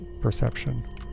perception